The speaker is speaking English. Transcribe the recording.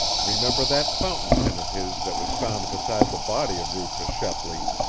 remember that fountain pen of his that was found beside the body of rufus shepley!